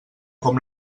com